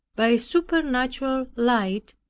by a supernatural light,